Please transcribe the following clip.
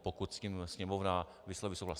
Pokud s tím Sněmovna vysloví souhlas.